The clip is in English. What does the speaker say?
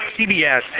CBS